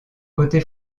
côté